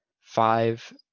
five